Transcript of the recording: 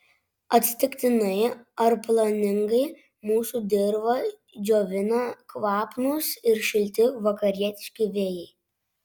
atsitiktinai ar planingai mūsų dirvą džiovina kvapnūs ir šilti vakarietiški vėjai